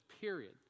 Period